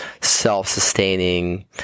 self-sustaining